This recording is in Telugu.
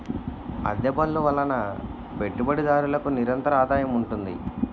అద్దె బళ్ళు వలన పెట్టుబడిదారులకు నిరంతరాదాయం ఉంటుంది